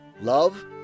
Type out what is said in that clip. love